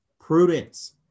prudence